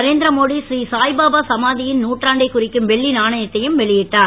நரேந்திரமோடி ஸ்ரீ சாய்பாபா சமாதியின் நூற்றாண்டை குறிக்கும் வெள்ளி நாணயத்தையும் வெளியிட்டார்